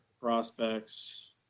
prospects